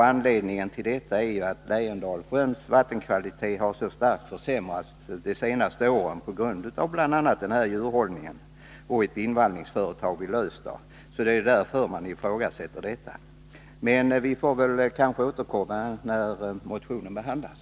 Anledningen till att man ifrågasätter detta är att Lejondalssjöns vattenkvalitet så starkt har försämrats de senaste åren, bl.a. på grund av denna djurhållning och ett invallningsföretag i Lövsta. Vi får återkomma när motionen behandlas.